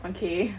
okay